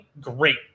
great